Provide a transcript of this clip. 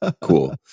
cool